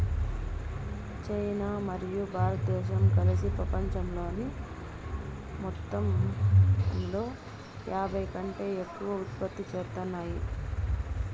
China మరియు భారతదేశం కలిసి పపంచంలోని మొత్తంలో యాభైకంటే ఎక్కువ ఉత్పత్తి చేత్తాన్నాయి